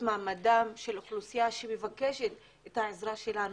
מעמדה של האוכלוסייה שמבקשת את העזרה שלנו,